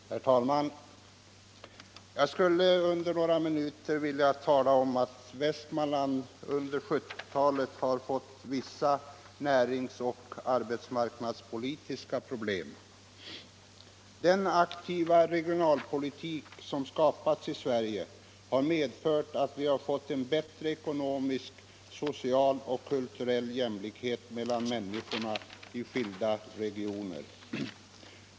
Herr talman! Jag skulle under några minuter vilja tala om att Västmanland under 1970-talet har fått vissa närings och arbetsmarknadspolitiska problem. Den aktiva regionalpolitik som skapats i Sverige har medfört att vi har fått en bättre ekonomisk, social och kulturell jämlikhet mellan människorna i skilda regioner.